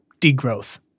degrowth